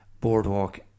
Boardwalk